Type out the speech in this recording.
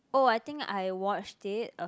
oh I think I watched it a